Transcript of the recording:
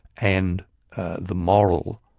and the moral